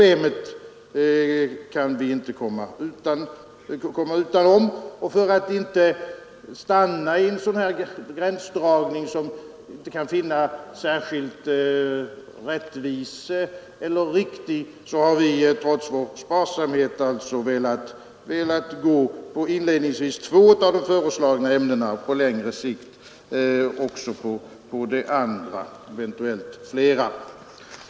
Det förslaget kan vi inte komma ifrån, och för att inte stanna i en gränsdragning, som vi inte kan finna rättvis eller riktig, har vi trots vår sparsamhet velat gå på inledningsvis två av de föreslagna ämnena och på längre sikt kanske också på det andra, eventuellt flera.